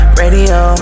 radio